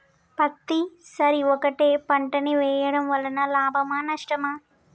పత్తి సరి ఒకటే పంట ని వేయడం వలన లాభమా నష్టమా?